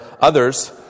others